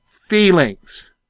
feelings